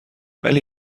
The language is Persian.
ولی